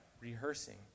rehearsing